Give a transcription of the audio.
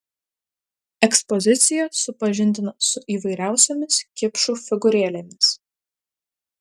ekspozicija supažindina su įvairiausiomis kipšų figūrėlėmis